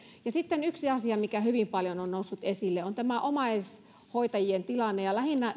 sitten yksi asia mikä hyvin paljon on noussut esille on tämä omaishoitajien tilanne ja lähinnä